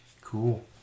Cool